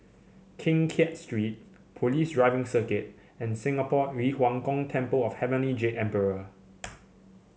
Keng Kiat Street Police Driving Circuit and Singapore Yu Huang Gong Temple of Heavenly Jade Emperor